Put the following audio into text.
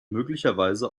möglicherweise